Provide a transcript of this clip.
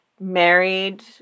married